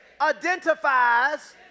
identifies